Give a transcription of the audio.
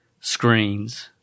screens